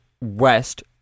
west